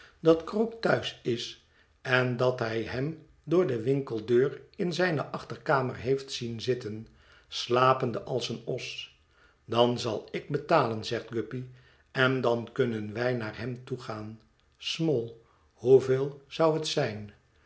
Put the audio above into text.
dat krook thuis is en dat hij hem door de winkeldeur in zijne achterkamer heeft zien zitten slapende als een os dan zal ik betalen zegt guppy en dan kunnen wij naar hem toe gaan small hoeveel zou het zijn